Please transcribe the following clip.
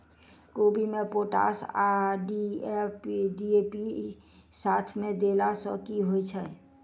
कोबी मे पोटाश आ डी.ए.पी साथ मे देला सऽ की होइ छै?